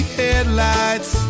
headlights